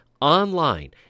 online